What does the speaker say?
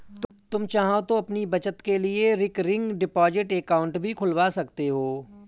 तुम चाहो तो अपनी बचत के लिए रिकरिंग डिपॉजिट अकाउंट भी खुलवा सकते हो